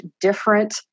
different